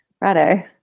righto